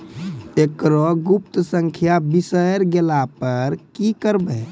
एकरऽ गुप्त संख्या बिसैर गेला पर की करवै?